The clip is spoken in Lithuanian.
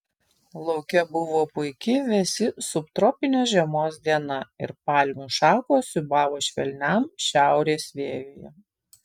lauke buvo puiki vėsi subtropinės žiemos diena ir palmių šakos siūbavo švelniam šiaurės vėjuje